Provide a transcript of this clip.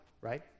right